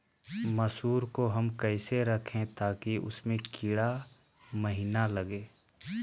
मसूर को हम कैसे रखे ताकि उसमे कीड़ा महिना लगे?